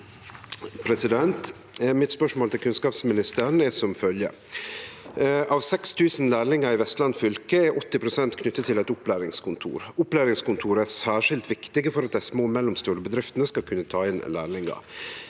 Mitt spørsmål til kunnskapsministeren er som følgjer: «Av 6 000 lærlingar i Vestland fylke er 80 pst. knytte til eit opplæringskontor. Opplæringskontora er særskilt viktige for at dei små og mellomstore bedriftene skal kunne ta inn lærlingar.